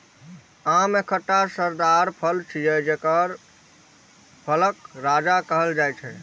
आम एकटा रसदार फल छियै, जेकरा फलक राजा कहल जाइ छै